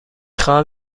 خواهم